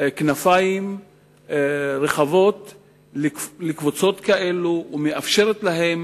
כנפיים רחבות לקבוצות כאלה ומאפשרת להן